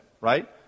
right